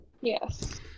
Yes